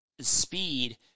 speed